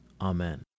Amen